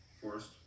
forest